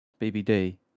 BBD